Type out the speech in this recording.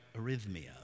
arrhythmia